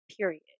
period